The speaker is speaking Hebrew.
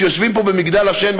שיושבים פה במגדל השן,